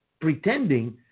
pretending